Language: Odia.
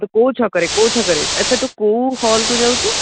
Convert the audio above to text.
ତୁ କେଉଁ ଛକରେ କେଉଁ ଛକରେ ଆଚ୍ଛା ତୁ କୋଉ ହଲ୍କୁ ଯାଉଛୁ